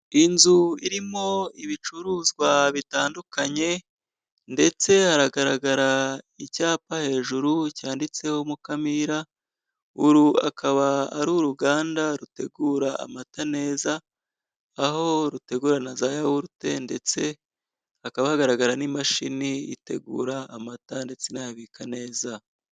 Inzu irimo ibicuruzwa bitandukanye, ndetse haragaragara icyapa hejuru cyanditseho Mukamira, uru akaba ari uruganda rutegura amata neza, aho rutegura na za yawurute ndetse hakaba hagaragara n'imashini itegura amata ndetse inayabika neza.